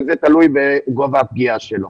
וזה תלוי בגובה הפגיעה שלו.